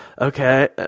Okay